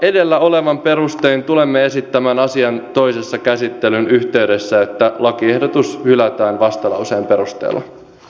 edellä olevan perusteella tulemme esittämään asian toisen käsittelyn yhteydessä että lakiehdotus hylätään vastalauseen perusteella